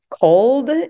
cold